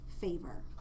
favor